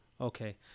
Okay